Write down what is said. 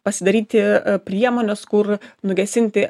pasidaryti priemones kur nugesinti